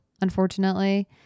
unfortunately